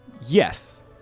yes